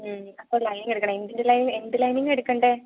മ് അപ്പോൾ ലൈനിംഗ് എടുക്കണം എന്തിൻ്റെ എന്ത് ലൈനിംഗാ എടുക്കേണ്ടത്